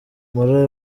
muri